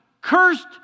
Cursed